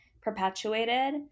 perpetuated